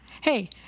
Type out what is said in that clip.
hey